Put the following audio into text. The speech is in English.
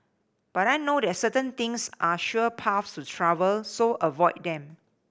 but I know that certain things are sure paths to trouble so avoid them